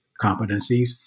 competencies